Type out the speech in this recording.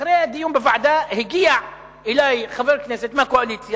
אחרי הדיון בוועדה הגיע אלי חבר כנסת בכיר מהקואליציה,